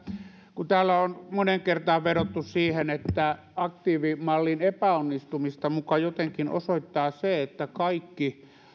täällä on moneen kertaan vedottu siihen että aktiivimallin epäonnistumista muka jotenkin osoittaa se että kaikki